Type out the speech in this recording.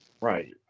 Right